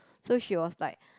so she was like